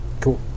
Cool